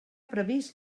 previst